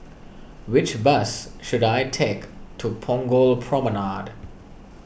which bus should I take to Punggol Promenade